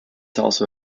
also